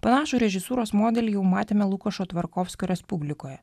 panašų režisūros modelį jau matėme luko šotvarkovskio respublikoje